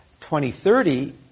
2030